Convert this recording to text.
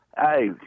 Hey